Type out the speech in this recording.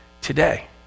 today